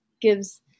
gives